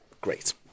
Great